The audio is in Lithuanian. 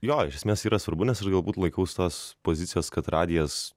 jo iš esmės yra svarbu nes ir galbūt laikausi tos pozicijos kad radijas